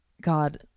God